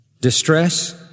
distress